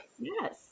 yes